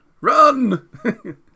Run